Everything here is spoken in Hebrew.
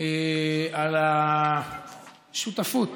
על השותפות